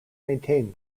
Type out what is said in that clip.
maintain